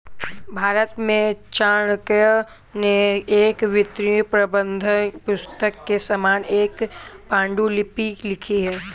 भारत में चाणक्य ने एक वित्तीय प्रबंधन पुस्तक के समान एक पांडुलिपि लिखी थी